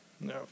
No